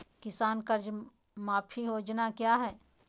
किसान कर्ज माफी योजना क्या है?